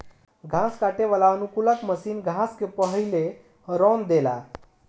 घास काटे वाला अनुकूलक मशीन घास के पहिले रौंद देला